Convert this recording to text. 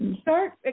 start